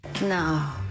No